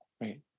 Right